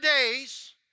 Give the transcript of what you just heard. days